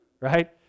right